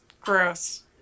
Gross